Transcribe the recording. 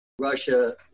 Russia